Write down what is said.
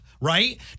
right